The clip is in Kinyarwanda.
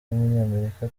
w’umunyamerika